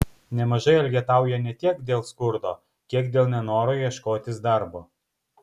nemažai elgetauja ne tiek dėl skurdo kiek dėl nenoro ieškotis darbo